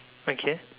okay